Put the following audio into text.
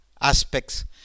aspects